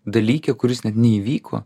dalyke kuris net neįvyko